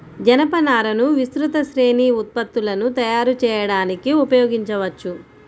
జనపనారను విస్తృత శ్రేణి ఉత్పత్తులను తయారు చేయడానికి ఉపయోగించవచ్చు